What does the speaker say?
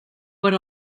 per